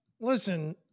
listen